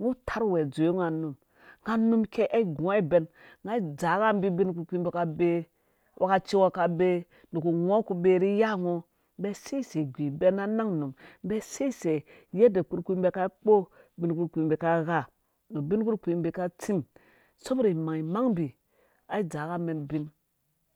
ngɔ tarh uwev dzowe nga num nga num kei ai gunga ibɛn nga ai dzaa nga mbi bin kpurkpii bika bee wakaci ngɔ ka bee nuku ngo ku bee rhi iya ngo mbi sei sei igu ibr-n na nang num mbi sieisei yadda kpurkpii mbi ka ikpo ubin kpurkpii mbi ka gha nu nbin kpurkpii mbi ka tsim aboda imangmang mbi ai dzaa nga mɛn ubi